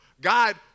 God